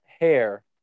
hair